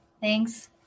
Thanks